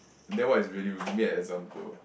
then what is really rude give me an example